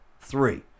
Three